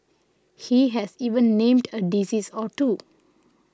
he has even named a disease or two